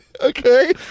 Okay